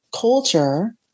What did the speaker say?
culture